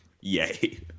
Yay